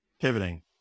pivoting